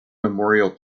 memorial